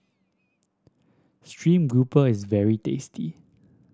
stream grouper is very tasty